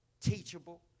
teachable